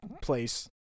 place